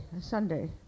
sunday